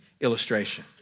illustration